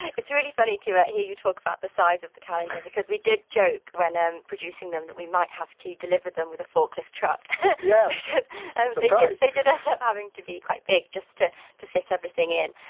it's really funny to hear you talk about the size of the calendar because we did joke when ah producing them that we might have to deliver them with a forklift truck yeah because like they did end up having to be quite big, just to to fit everything in.